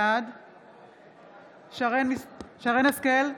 בעד שרן מרים השכל,